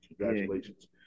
congratulations